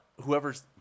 whoever's